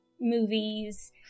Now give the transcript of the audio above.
movies